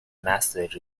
message